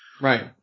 Right